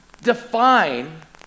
define